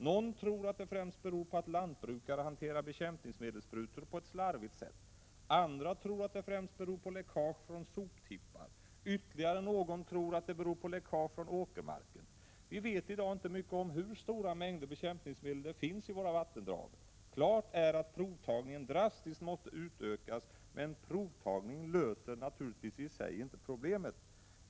Någon tror att det främst beror på att lantbrukare hanterar bekämpningsmedelssprutor på ett slarvigt sätt, andra tror att det främst beror på läckage från soptippar, ytterligare någon tror att det beror på läckage från åkermarken. Vi vet i dag inte mycket om hur stora mängder bekämpningsmedel det finns i våra vattendrag. Klart är att provtagningen drastiskt måste utökas, men provtagning i sig löser naturligtvis inte problemet.